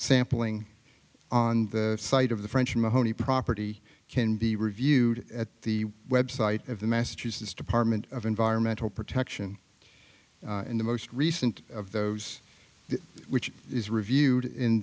sampling on the site of the french mahoney property can be reviewed at the website of the massachusetts department of environmental protection and the most recent of those which is reviewed in